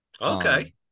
okay